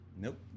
Nope